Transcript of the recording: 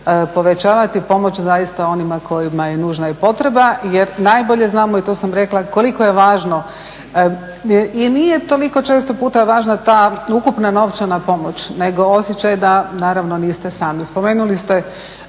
povećavati pomoć zaista onima kojima je nužna i potreba. Jer najbolje znamo i to sam rekla koliko je važno i nije toliko često puta važna ta ukupna novčana pomoć, nego osjećaj da naravno niste sami. Spomenuli ste